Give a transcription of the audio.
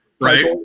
Right